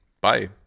bye